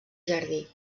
jardí